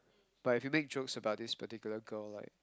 but if you make jokes about this particular girl like